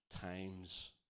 times